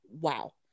Wow